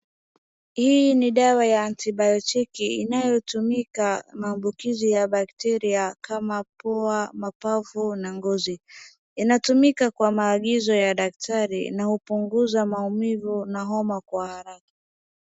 Hii ni dawa ya anti bayotiki inayotumika maabukizi ya bakteria kama pua, mapafu na ngozi. Inatumika kwa maagizo ya daktari na hupunguza maumivu na homa kwa haraka.